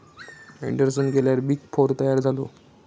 Anderson गेल्यार big four तयार झालो